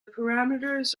parameters